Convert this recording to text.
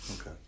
Okay